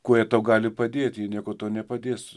kur tau gali padėti ji nieko tau nepadės